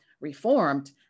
reformed